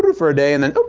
um for a day and then,